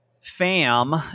fam